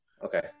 Okay